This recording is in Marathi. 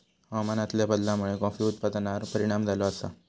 हवामानातल्या बदलामुळे कॉफी उत्पादनार परिणाम झालो आसा